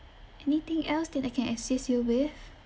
anything else that I can assist you with